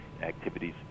activities